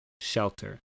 shelter